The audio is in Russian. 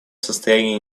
состоянии